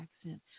accent